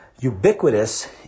ubiquitous